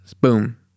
boom